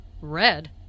Red